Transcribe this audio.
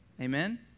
Amen